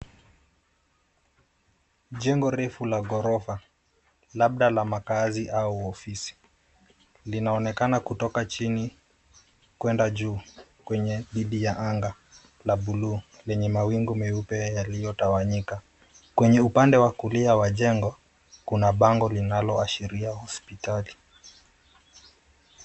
Jengo refu la ghorofa labda la makazi au ofisi. Linaonekana kutoka chini kwenda juu kwenye dhidi ya anga la bluu lenye mawingu meupe yaliyo tawanyika. Kwenye upande wa kulia wa jengo, kuna bango linalo ashiria hospitali.